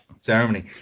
ceremony